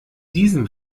diesem